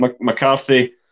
McCarthy